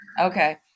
Okay